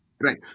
Right